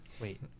wait